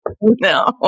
No